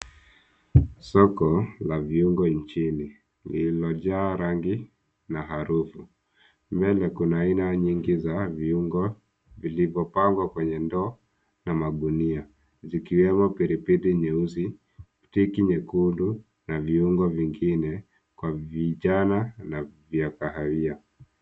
Soko la viungo nchini. Vimejaa rangi na harufu. Mbele kuna aina nyingi za viungo vilivyopangwa kwenye ndoo na magunia zikiwemo pilipili nyeusi, tiki nyekundu na viungo vingine kwa vijani na vya kahawia.